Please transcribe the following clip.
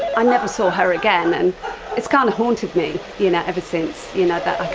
i never saw her again, and it's kind of haunted me you know ever since, you know that